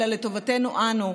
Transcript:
אלא לטובתנו אנו,